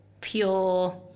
pure